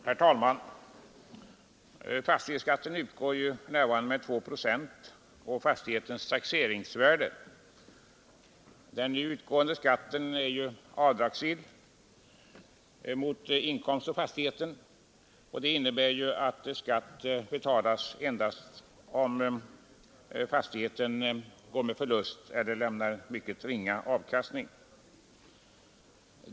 Herr talman! Fastighetsskatten utgår för närvarande med 2 procent av: fastighetens taxeringsvärde. Utgående skatt är dock avdragsgill mot inkomst av fastigheten, och det innebär att skatt betalas endast om fastigheten går med förlust eller lämnar mycket ringa avkastning.